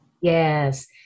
Yes